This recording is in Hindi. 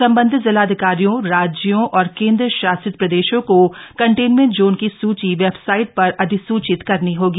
संबंधित जिलाधिकारियों राज्यों और केंद्र शासित प्रदेशों को कंटेन्मेंट ज़ोन की सुची वेबसाइट पर अधिसूचित करनी होगी